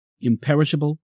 imperishable